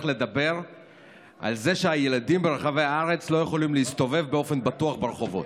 לדבר על זה שהילדים ברחבי הארץ לא יכולים להסתובב באופן בטוח ברחובות.